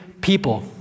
people